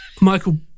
Michael